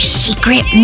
secret